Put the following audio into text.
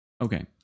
Okay